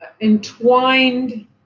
entwined